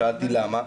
שאלתי למה.